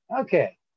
Okay